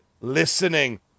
listening